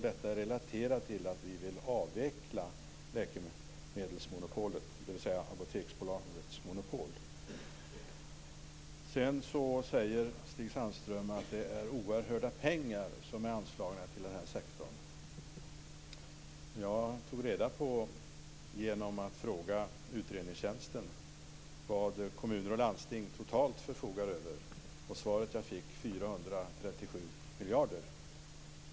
Detta är relaterat till att vi vill avveckla läkemedelsmonopolet, dvs. Stig Sandström säger att det är oerhörda pengar som är anslagna till den här sektorn. Jag tog genom att fråga utredningstjänsten reda på vad kommuner och landsting totalt förfogar över. Svaret jag fick var 437 miljarder.